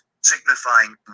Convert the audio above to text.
signifying